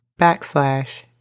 backslash